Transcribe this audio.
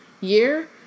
year